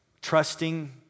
Trusting